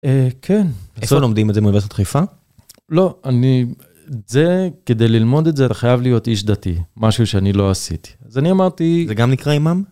אה, כן. איפה לומדים את זה, מאוניברסיטת חיפה? לא, אני... זה, כדי ללמוד את זה, אתה חייב להיות איש דתי. משהו שאני לא עשיתי. אז אני אמרתי... זה גם נקרא אימאם?